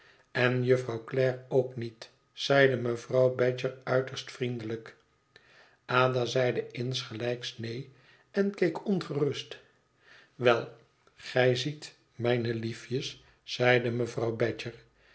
en jufvrouw clare ook niet zeide mevrouw badger uiterst vriendelijk ada zeide insgelijks neen en keek ongerust wel gij ziet mijne liefjes zeide mevrouw badger